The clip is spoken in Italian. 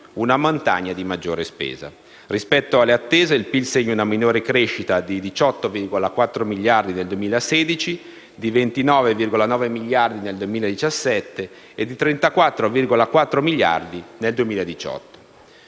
una montagna di maggiore spesa. Rispetto alle attese il PIL segna una minore crescita di 18,4 miliardi nel 2016, di 29,9 miliardi nel 2017 e di 34,4 miliardi nel 2018.